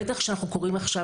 בטח כשאנחנו קוראים עכשיו,